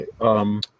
Okay